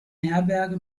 herberge